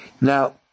Now